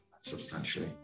substantially